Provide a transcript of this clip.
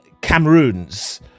Cameroons